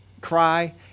cry